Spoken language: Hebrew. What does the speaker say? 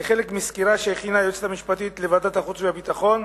כחלק מסקירה שהכינה היועצת המשפטית לוועדת החוץ והביטחון,